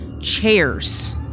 chairs